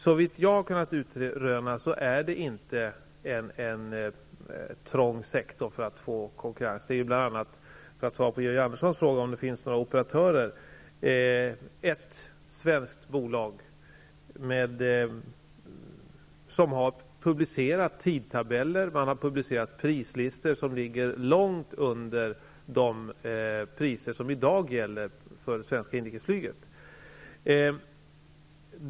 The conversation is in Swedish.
Så vitt jag har kunnat utröna utgör det inte en trång sektor för att få konkurrens. Georg Andersson ställde en fråga om det finns några operatörer. Ett svenskt bolag har publicerat tidtabeller och prislistor som ligger långt under de priser som i dag gäller för svenska inrikesflyget.